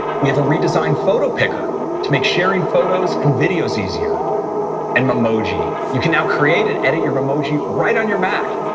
we have a redesigned photo picker to make sharing photos and videos easier and memoji, you can now create and edit your emoji right on your mac.